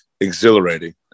exhilarating